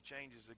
changes